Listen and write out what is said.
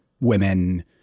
women